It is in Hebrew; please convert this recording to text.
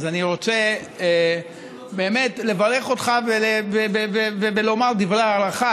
אז אני רוצה באמת לברך אותך ולומר דברי הערכה